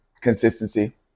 consistency